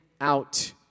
out